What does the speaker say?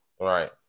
right